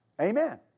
Amen